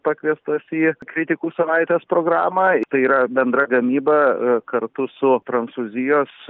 pakviestas į kritikų savaitės programą tai yra bendra gamyba kartu su prancūzijos